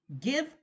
Give